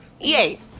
Yay